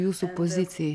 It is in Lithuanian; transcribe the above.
jūsų pozicijai